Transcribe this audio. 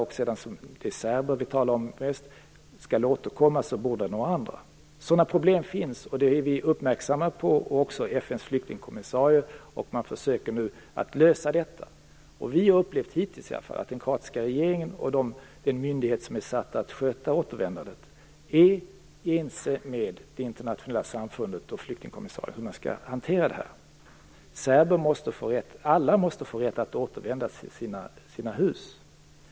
När dessa människor - det är framför allt serber vi talar om - skall återkomma, så bor några andra i huset. Sådana problem finns, och vi, liksom FN:s flyktingkommissarie, är uppmärksamma på dem och försöker lösa problemen. Vi har i varje fall hittills upplevt att den kroatiska regeringen och den myndighet som är satt att sköta återvändandet är ense med det internationella samfundet och flyktingkommissarien om hur man skall hantera detta. Alla måste få rätt att återvända till sina hus.